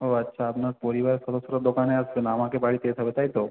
ও আচ্ছা আপনার পরিবার ফটো তোলার দোকানে আসবে না আমাকে বাড়িতে যেতে হবে তাই তো